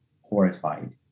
horrified